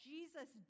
Jesus